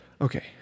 Okay